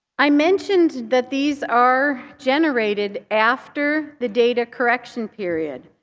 i mentioned that these are generated after the data correction period.